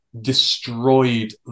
destroyed